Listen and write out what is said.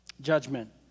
judgment